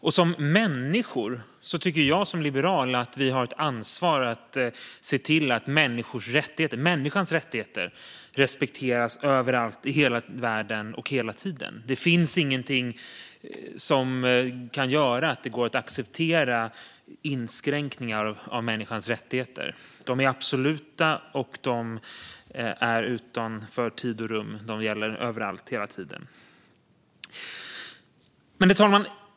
Jag som liberal tycker att vi har ett ansvar att se till att människors, ja, människans, rättigheter respekteras överallt i hela världen, hela tiden. Vi kan aldrig acceptera inskränkningar av människans rättigheter. De är absoluta och utanför tid och rum. De gäller överallt, hela tiden. Herr talman!